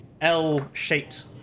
L-shaped